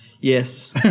yes